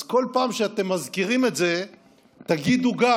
אז כל פעם שאתם מזכירים את זה תגידו גם: